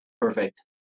Perfect